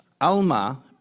Alma